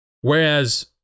Whereas